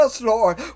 Lord